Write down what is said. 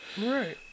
Right